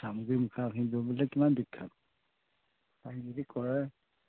চামগুৰিৰ মুখা শিল্প বুলিলে কিমান বিখ্যাত